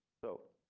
so.